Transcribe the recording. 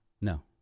No